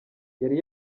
yari